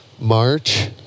March